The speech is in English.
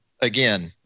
again